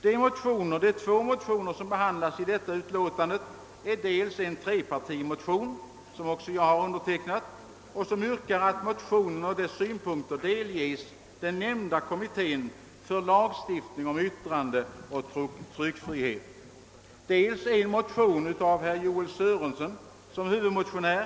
De två motioner som behandlas i utskottsutlåtandet är dels en trepartimotion, som även jag har undertecknat och där det yrkas att motionens synpunkter måtte delges den nämnda kommittén för lagstiftning om yttrandeoch tryckfrihet, dels en motion med herr Joel Sörenson som huvudmotionär.